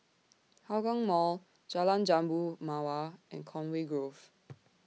Hougang Mall Jalan Jambu Mawar and Conway Grove